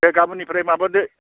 दे गाबोननिफ्राय माबादो